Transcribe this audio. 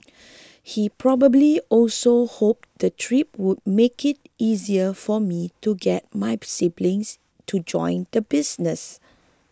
he probably also hoped the trip would make it easier for me to get my siblings to join the business